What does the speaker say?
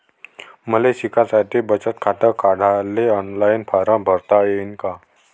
मले शिकासाठी बचत खात काढाले ऑनलाईन फारम भरता येईन का?